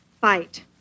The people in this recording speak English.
fight